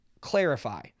clarify